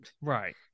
right